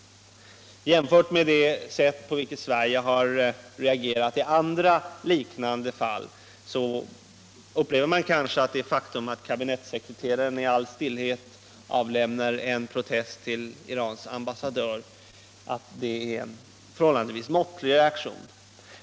Jämfört med det sätt på vilket Sverige har reagerat i andra liknande fall upplever man kanske det faktum att kabinettssekreteraren i all stillhet avlämnat en protest till Irans ambassadör som en förhållandevis måttlig reaktion.